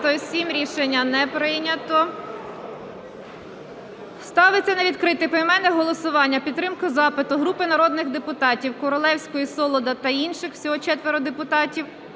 Рішення не прийнято. Ставиться на відкрите поіменне голосування підтримка запиту групи народних депутатів (Королевської, Солода та інших. Всього 4 депутатів)